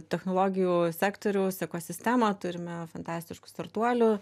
technologijų sektoriaus ekosistemą turime fantastiškų startuolių